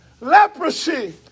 Leprosy